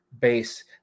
base